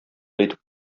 әйтеп